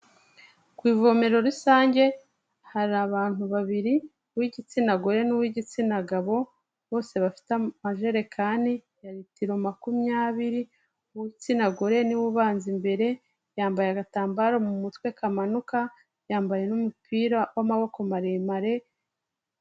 Ku ivomero rusange hari abantu babiri b'igitsina gore n'uw'igitsina gabo, bose bafite amajerekani ya litiro makumyabiri uw'igitsina gore ni we ubanza imbere, yambaye agatambaro mu mutwe kamanuka, yambaye n'umupira w'amaboko maremare,,,